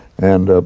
and